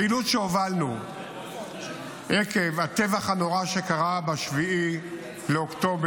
הפעילות שהובלנו עקב הטבח הנורא שקרה ב-7 באוקטובר,